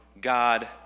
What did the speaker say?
God